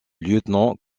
lieutenant